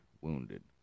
wounded